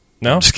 No